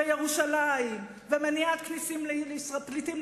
ירושלים ומניעת כניסת פליטים,